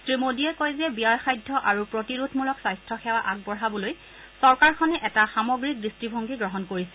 শ্ৰী মোডীয়ে কয় যে ব্যয় সাধ্য আৰু প্ৰতিৰোধমূলক স্বাস্থ্য সেৱা আগবঢ়াবলৈ চৰকাৰখনে এটা সামগ্ৰিক দৃষ্টিভংগী গ্ৰহণ কৰিছে